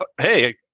hey